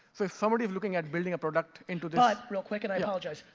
so if somebody's looking at building a product into but real quick and i apologize.